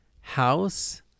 house